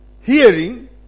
hearing